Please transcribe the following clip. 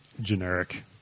generic